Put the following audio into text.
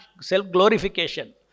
self-glorification